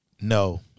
No